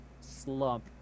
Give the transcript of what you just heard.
slump